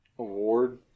award